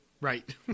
Right